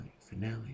finale